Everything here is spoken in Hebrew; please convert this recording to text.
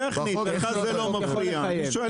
טכנית החוק יכול לחייב.